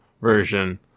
version